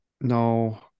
No